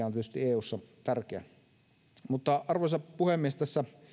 on tietysti eussa tärkeä arvoisa puhemies tässä